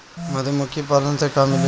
मधुमखी पालन से का मिलेला?